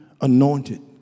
anointed